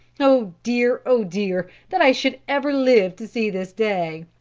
oh, dear! oh, dear! that i should ever live to see this day